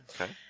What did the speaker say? okay